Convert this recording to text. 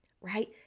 Right